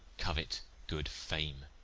covet good fame,